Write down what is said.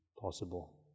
possible